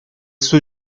suo